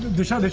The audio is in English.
disha.